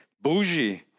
Bougie